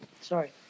Sorry